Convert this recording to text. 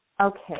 okay